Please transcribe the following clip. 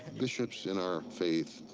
bishops in our faith,